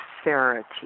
sincerity